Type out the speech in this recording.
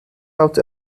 out